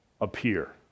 appear